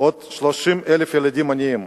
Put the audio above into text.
עוד כ-30,000 ילדים עניים.